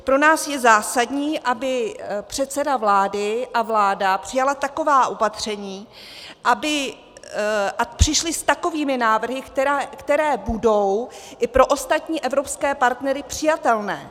Pro nás je zásadní, aby předseda vlády a vláda přijali taková opatření a přišli s takovými návrhy, které budou i pro ostatní evropské partnery přijatelné.